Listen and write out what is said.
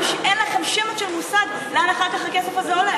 שאין לכם שמץ של מושג לאן אחר כך הוא הולך,